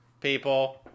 people